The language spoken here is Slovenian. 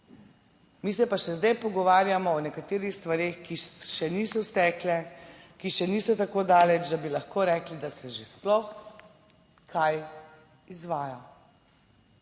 Mi se pa še zdaj pogovarjamo o nekaterih stvareh, ki še niso stekle, ki še niso tako daleč, da bi lahko rekli, da se že sploh kaj izvaja,